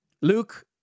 Luke